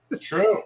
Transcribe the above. true